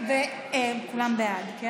כולם בעד.